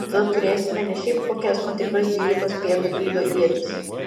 tada turėsime ne šiaip kokias o tikras dvylikos pėdų ilgio ietis